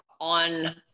on